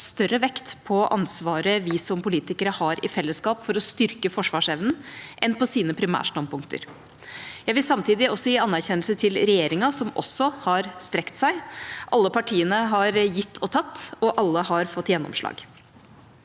større vekt på ansvaret vi som politikere har i fellesskap for å styrke forsvarsevnen, enn på sine primærstandpunkter. Jeg vil samtidig gi anerkjennelse til regjeringa, som også har strukket seg. Alle partiene har gitt og tatt, og alle har fått gjennomslag.